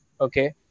okay